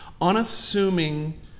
unassuming